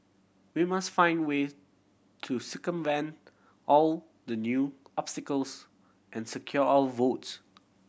we must find a way to circumvent all the new obstacles and secure our votes